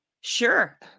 Sure